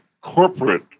corporate